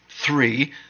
Three